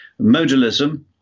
Modalism